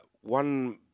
One